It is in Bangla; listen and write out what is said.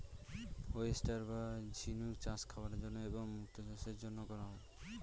ওয়েস্টার বা ঝিনুক চাষ খাবারের জন্য এবং মুক্তো চাষের জন্য করা হয়